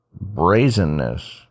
brazenness